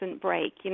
break